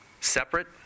separate